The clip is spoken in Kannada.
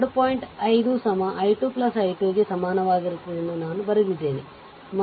5 i 2 i 2 ಗೆ ಸಮನಾಗಿರುತ್ತದೆ ಎಂದು ನಾನು ಬರೆದಿದ್ದೇನೆ ಮತ್ತು